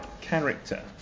character